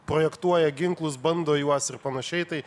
projektuoja ginklus bando juos ir panašiai tai